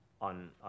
on